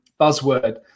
buzzword